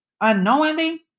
unknowingly